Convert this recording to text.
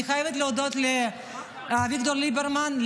אני חייבת להודות לאביגדור ליברמן,